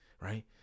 right